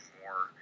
more